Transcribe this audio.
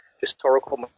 historical